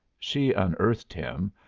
she unearthed him,